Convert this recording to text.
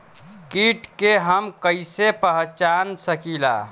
कीट के हम कईसे पहचान सकीला